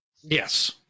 Yes